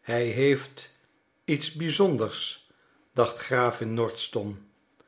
hij heeft iets bizonders dacht gravin